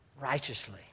righteously